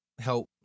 help